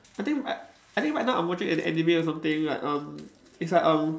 I think I I think right now I'm watching an anime or something like um it's like um